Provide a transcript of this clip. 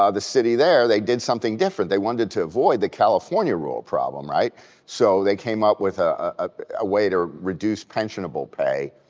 ah the city there, they did something different. they wanted to avoid the california rule problem. so they came up with a way to reduce pensionable pay,